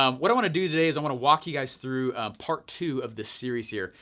um what i want to do today is i wanna walk you guys through part two of this series here.